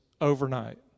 overnight